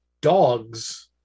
dogs